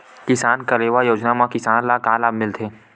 किसान कलेवा योजना म किसान ल का लाभ मिलथे?